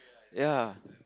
ya